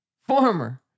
former